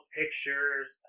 pictures